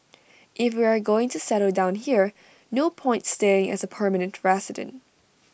if we are going to settle down here no point staying as A permanent resident